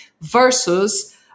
versus